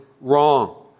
wrong